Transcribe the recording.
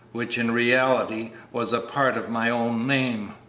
which in reality was a part of my own name.